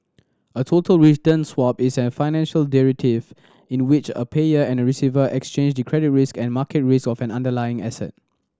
a total return swap is a financial derivative in which a payer and receiver exchange the credit risk and market risk of an underlying asset